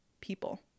people